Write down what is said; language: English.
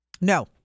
No